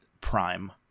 prime